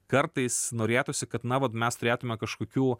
kartais norėtųsi kad na vat mes turėtume kažkokių